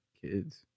kids